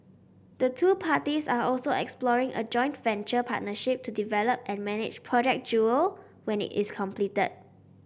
the two parties are also exploring a joint venture partnership to develop and manage Project Jewel when it is completed